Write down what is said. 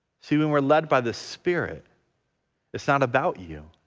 see and we're led by the spirit it's not about you,